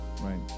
right